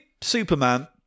Superman